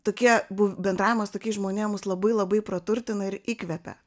tokie bendravimas su tokiais žmonėm mus labai labai praturtina ir įkvepia